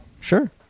Sure